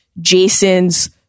Jason's